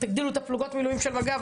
תגדילו את פלוגות המילואים של מג"ב.